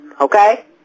okay